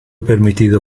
permitido